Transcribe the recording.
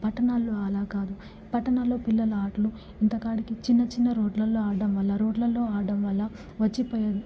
పట్టణాల్లో అలా కాదు పట్టణాల్లో పిల్లల ఆటలు ఎంతకాడికి చిన్న చిన్న రోడ్లల్లో ఆడ్డంవల్ల రోడ్లలో ఆడ్డంవల్ల వచ్చిపోయే